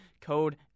code